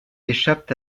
échappent